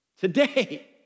Today